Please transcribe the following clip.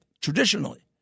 traditionally